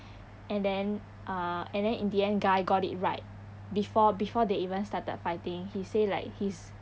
and then uh and then in the end guy got it right before before they even started fighting he say like his